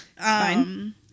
Fine